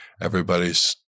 Everybody's